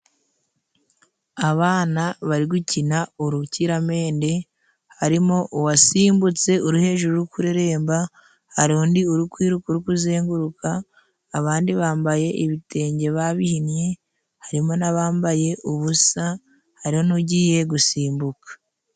Abana bari gukina urukiramende harimo uwasimbutse uri hejuru uri kureremba, hari undi uri kwiruka uri kuzenguruka, abandi bambaye ibitenge babihinnye harimo n'abambaye ubusa hariho n'ugiye gusimbuka.